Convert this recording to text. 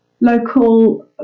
Local